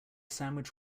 sandwich